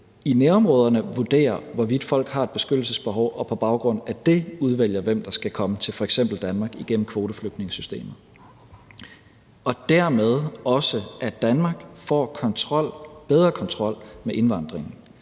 i nærområderne vurderer, hvorvidt folk har et beskyttelsesbehov og på baggrund af det udvælger, hvem der skal komme til f.eks. Danmark igennem kvoteflygtningesystemet, og at Danmark dermed også får bedre kontrol med indvandringen.